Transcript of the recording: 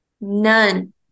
None